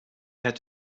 had